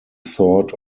thought